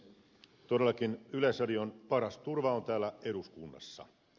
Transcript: todellakin yleisradion paras turva on täällä eduskunnassa